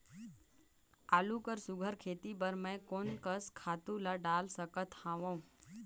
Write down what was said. आलू कर सुघ्घर खेती बर मैं कोन कस खातु ला डाल सकत हाव?